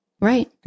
Right